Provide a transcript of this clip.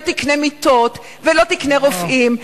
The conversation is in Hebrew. אלה היו תקני מיטות ולא תקני רופאים.